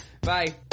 Bye